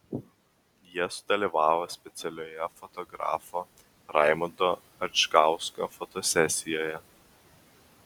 jie sudalyvavo specialioje fotografo raimundo adžgausko fotosesijoje